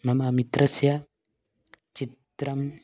मम मित्रस्य चित्रम्